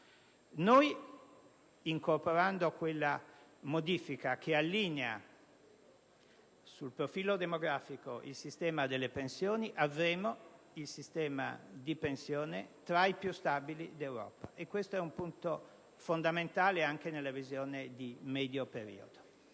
Incorporando quella modifica che allinea sul profilo demografico il sistema delle pensioni, avremo un sistema di pensioni tra i più stabili d'Europa. È un punto fondamentale anche in una visione di medio periodo.